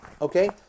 Okay